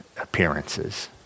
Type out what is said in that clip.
appearances